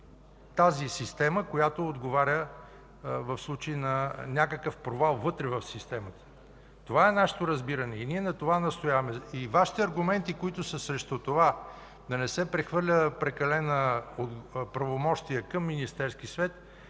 са системата, която отговаря за някакъв провал вътре в системата. Това е нашето разбиране. Ние на това настояваме. Вашите аргументи, които са срещу това да не се прехвърлят прекалени правомощия към Министерския съвет,